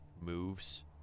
moves